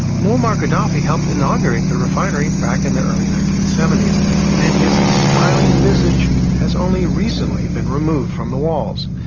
muammar gaddafi helped inaugurate the refinery back in the early nineteen seventy s and his smiling visage has only recently been removed from the walls.